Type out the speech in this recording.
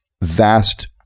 vast